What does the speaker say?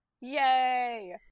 Yay